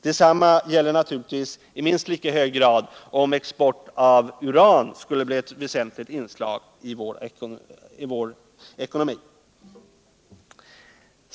Detsamma gäller naturligtvis i minst lika hög grad om export av uran skulle bli ett viktigt inslag i vår ekonomi.